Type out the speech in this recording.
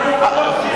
אנחנו פה מכשירים,